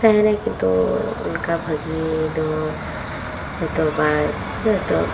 ᱛᱟᱦᱮᱱᱟᱭ ᱠᱤᱱᱛᱩ ᱚᱱᱠᱟ ᱵᱷᱟᱹᱜᱤ ᱫᱚ ᱦᱚᱭᱛᱚ ᱵᱟᱭ ᱦᱚᱭᱛᱚ